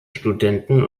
studenten